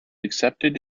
accepted